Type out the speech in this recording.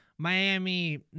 Miami